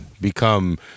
become